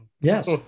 yes